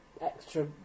extra